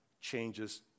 changes